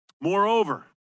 Moreover